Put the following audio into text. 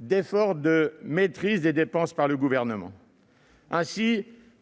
d'effort de maîtrise des dépenses par le Gouvernement.